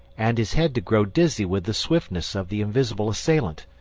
and his head to grow dizzy with the swiftness of the invisible assailant.